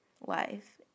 life